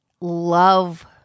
love